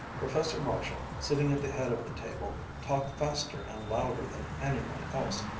professor marshall, sitting at the head of the table, talked faster and louder than any one else,